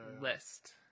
list